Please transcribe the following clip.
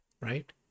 right